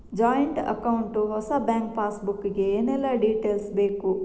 Joint account ಹೊಸ bank passbook ಗೆ ಏನೆಲ್ಲ ಡೀಟೇಲ್ಸ್ ಬೇಕು?